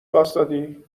واستادی